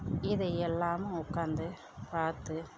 இதை எல்லாமும் உக்காந்து பார்த்து